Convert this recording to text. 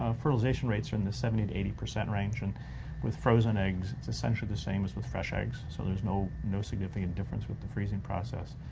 ah fertilization rates are in the seventy to eighty percent range and with frozen eggs it's essentially the same as with fresh eggs, so there's no no significant difference with the freezing process.